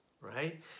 right